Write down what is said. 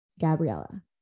Gabriella